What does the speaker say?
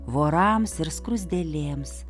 vorams ir skruzdėlėms